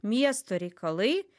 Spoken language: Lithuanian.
miesto reikalai